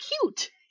cute